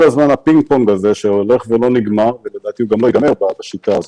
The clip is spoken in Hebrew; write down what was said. הזמן הפינג פונג הזה שלא נגמר ולדעתי הוא גם לא ייגמר בשיטה הזאת.